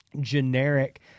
generic